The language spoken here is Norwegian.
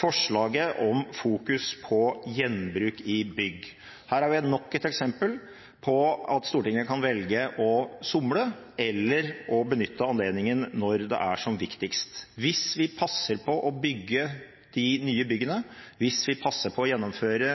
forslaget om å fokusere på gjenbruk i bygg: Her har vi nok et eksempel på at Stortinget kan velge å somle eller å benytte anledningen når det er som viktigst. Hvis vi passer på å bygge de nye byggene og å gjennomføre